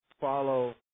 follow